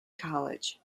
college